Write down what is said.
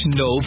no